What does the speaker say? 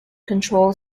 control